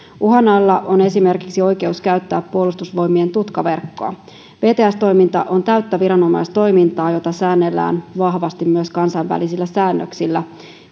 uhan alla on esimerkiksi oikeus käyttää puolustusvoimien tutkaverkkoa vts toiminta on täyttä viranomaistoimintaa jota säännellään vahvasti myös kansainvälisillä säännöksillä